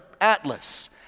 Atlas